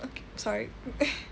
okay sorry